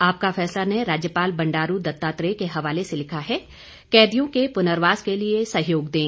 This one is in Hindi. आपका फैसला ने राज्यपाल बंडारू दत्तात्रेय के हवाले से लिखा है कैदियों के पुनर्वास के लिए सहयोग दें